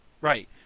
Right